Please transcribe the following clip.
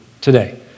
today